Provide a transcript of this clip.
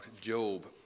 Job